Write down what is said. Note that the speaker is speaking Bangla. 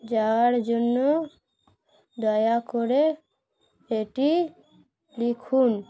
যাওয়ার জন্য দয়া করে এটি লিখুন